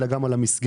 אלא גם על המסגרת.